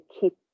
keep